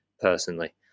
personally